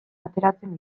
ateratzen